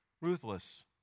Ruthless